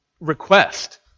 request